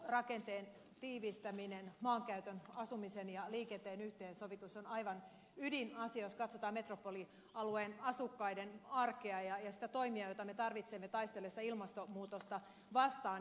yhdyskuntarakenteen tiivistäminen maankäytön asumisen ja liikenteen yhteensovitus on aivan ydinasia jos katsotaan metropolialueen asukkaiden arkea ja niitä toimia joita me tarvitsemme taistellessamme ilmastonmuutosta vastaan